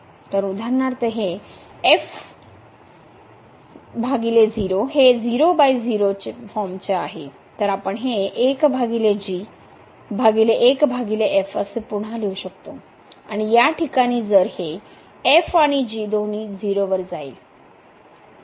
तर उदाहरणार्थ हे 0हे 00 फॉर्मचे आहे तर आपण हे भागिले असे पुन्हा लिहू शकतो आणि या ठिकाणी जर हे आणि दोन्ही 0 वर जाईल